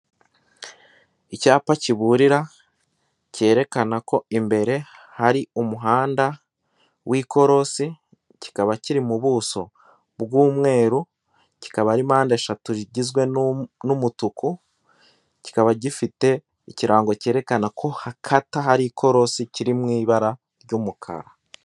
Icyapa kiburira cyerekana ko imbere hari umuhanda w'ikorosi kikaba kiri mu buso bw'umweru, kikaba ari mpande eshatu zigizwe n'umutuku, kikaba gifite ikirango cyerekana ko hakata hari ikorosi kiri mu ibara ry'umukara.